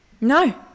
no